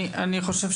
לרגע